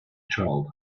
child